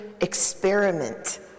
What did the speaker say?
experiment